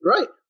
Right